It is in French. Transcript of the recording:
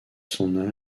son